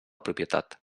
propietat